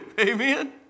Amen